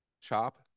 Chop